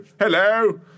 hello